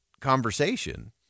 conversation